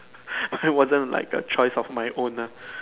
it wasn't like a choice of my own nah